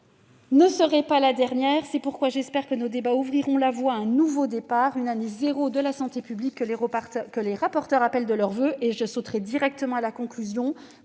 ne serait pas la dernière. C'est pourquoi j'espère que nos débats ouvriront la voie à un nouveau départ, à une année zéro de la santé publique, que les rapporteurs appellent de leurs voeux. J'ai confiance en la nature